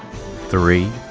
three.